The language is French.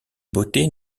beautés